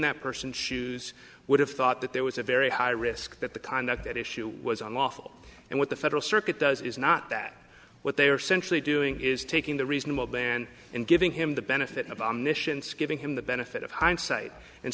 that person's shoes would have thought that there was a very high risk that the time that that issue was unlawful and what the federal circuit does is not that what they are centrally doing is taking the reasonable band and giving him the benefit of omniscience giving him the benefit of hindsight and